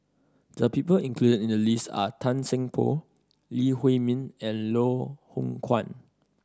the people included in the list are Tan Seng Poh Lee Huei Min and Loh Hoong Kwan